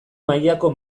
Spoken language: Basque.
mailako